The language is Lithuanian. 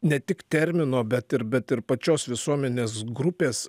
ne tik termino bet ir bet ir pačios visuomenės grupės